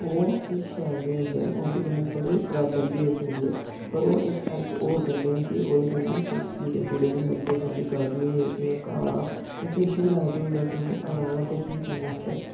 ओह् फ्ही शैल नी उगदे न ओह्दे कन्नै थोह्ड़ी प्रॉब्लम बी होई सकदी ऐ पर ओह् इक हेल्प होर करदे न कि ओह्दे कन्नै कोई कीड़े कूड़े नेईं लगदे साढ़े गार्डनिंग बिच्च जां घाह् जां किश बी लाए दा होंदा तुस हरा जां किश बी करने आस्तै